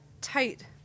tight